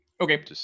Okay